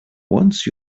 once